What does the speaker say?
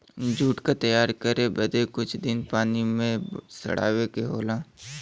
jute क तैयार करे बदे कुछ दिन पानी में सड़ावे के होला